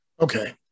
Okay